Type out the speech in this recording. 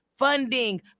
funding